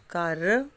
ਕਰ